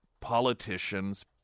politicians